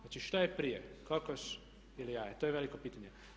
Znači što je prije, kokoš ili jaje, to je veliko pitanje.